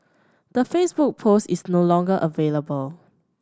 the Facebook post is no longer available